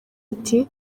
ati